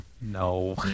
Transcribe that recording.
No